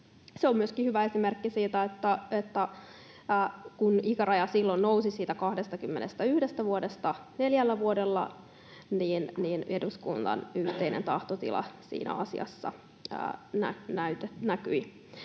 Se on myöskin hyvä esimerkki siitä, että kun ikäraja silloin nousi siitä 21 vuodesta neljällä vuodella, niin eduskunnan yhteinen tahtotila siinä asiassa näkyi.